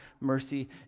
mercy